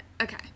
Okay